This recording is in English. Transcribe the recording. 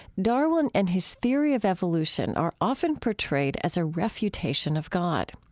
darwin and his theory of evolution are often portrayed as a refutation of god.